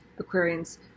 aquarians